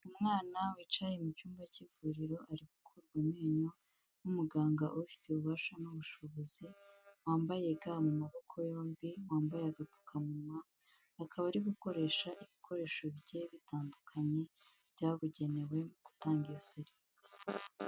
Umwana wicaye mu cyumba cy'ivuriro ari gukurwa amenyo n'umuganga ubifitiye ububasha n'ubushobozi wambaye ga mu maboko yombi, wambaye agapfukamunwa, akaba ari gukoresha ibikoresho bigiye bitandukanye byabugenewe mu gutanga iyo serivisi.